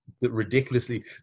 ridiculously